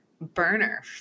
burner